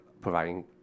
providing